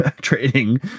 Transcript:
trading